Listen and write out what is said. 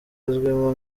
azwimo